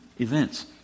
events